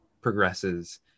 progresses